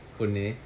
பொண்ணு:ponnu